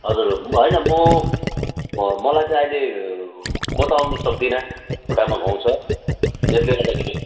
हजुर होइन म मलाई चाहिँ अहिले म त आउन सक्दिनँ खुट्टामा घाउ छ त्यसले गर्दाखेरि